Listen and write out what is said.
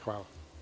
Hvala.